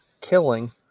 killing